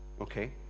Okay